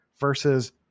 versus